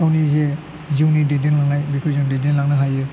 गावनि जे जिउनि दैदेनलांनाय बेखौ जों दैदेनलांनो हायो